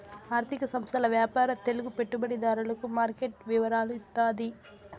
ఆర్థిక సంస్థల వ్యాపార తెలుగు పెట్టుబడిదారులకు మార్కెట్ వివరాలు ఇత్తాది